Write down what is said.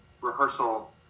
rehearsal